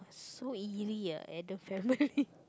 so eerie ah Adam's Family